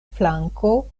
flanko